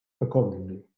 accordingly